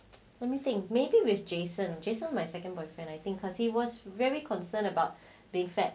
let me think maybe with jason jason my second boyfriend I think because he was very concerned about being fat